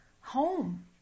home